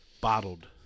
bottled